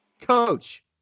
coach